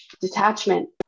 detachment